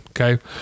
Okay